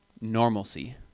normalcy